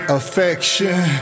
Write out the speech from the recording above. affection